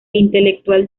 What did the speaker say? intelectual